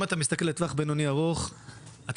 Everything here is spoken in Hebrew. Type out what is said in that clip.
אם אתה מסתכל לטווח בינוני-ארוך אתה